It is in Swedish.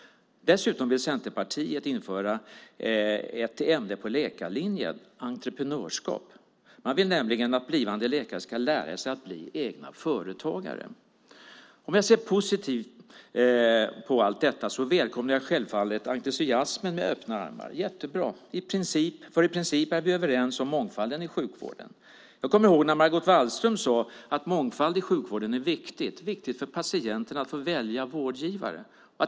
Dessutom vill Centerpartiet införa ett ämne på läkarlinjen, entreprenörskap. Man vill nämligen att blivande läkare ska lära sig att bli egna företagare. Om jag ser positivt på allt detta välkomnar jag självfallet entusiasmen med öppna armar. Det är jättebra, för i princip är vi överens om mångfalden i sjukvården. Jag kommer ihåg när Margot Wallström sade att mångfald i sjukvården är viktigt. Det är viktigt för patienten att få välja vårdgivare.